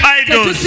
idols